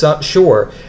sure